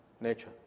Nature